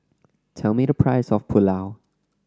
tell me the price of Pulao